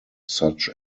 such